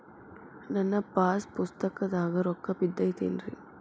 ನನ್ನ ಪಾಸ್ ಪುಸ್ತಕದಾಗ ರೊಕ್ಕ ಬಿದ್ದೈತೇನ್ರಿ?